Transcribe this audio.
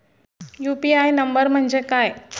UPI number म्हणजे काय?